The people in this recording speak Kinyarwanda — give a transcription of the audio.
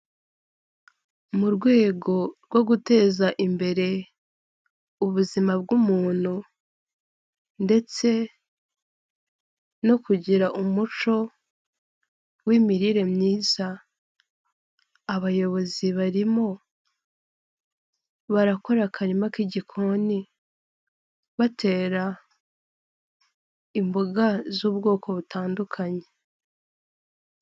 Mu rwego rwo guteza imbere ubuzima bw'umuntu ndetse no kugira umuco w'imirire myiza, abayobozi barimo barakora akarima k'igikoni batera imboga z'ubwoko butandukanye.